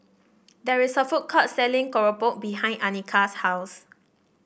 there is a food court selling Keropok behind Anika's house